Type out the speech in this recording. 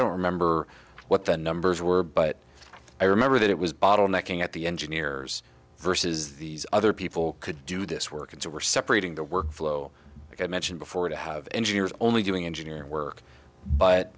don't remember what the numbers were but i remember that it was bottlenecking at the engineers versus these other people could do this work and so we're separating the workflow like i mentioned before to have engineers only doing engineering work but